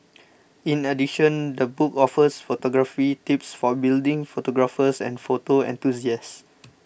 in addition the book offers photography tips for budding photographers and photo enthusiasts